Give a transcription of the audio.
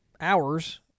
hours